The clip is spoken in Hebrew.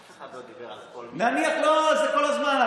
אף אחד לא דיבר על כל, לא, זה כל הזמן.